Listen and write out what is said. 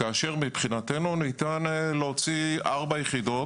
כאשר מבחינתנו ניתן להוציא 4 יחידות